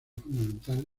fundamental